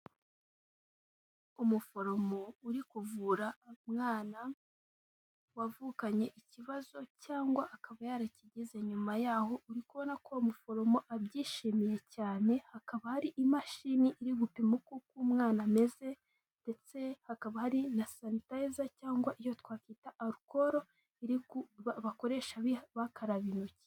Umuforomo uri kuvura umwana, wavukanye ikibazo cyangwa akaba yarakigeze nyuma yaho, uri kubona ko umuforomo abyishimiye cyane, hakaba hari imashini iri gupima uko umwana ameze ndetse hakaba hari na sanitizer cyangwa iyo twakwita arukoru, bakoresha bakaraba intoki.